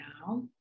now